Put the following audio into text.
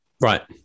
Right